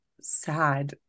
sad